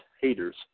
haters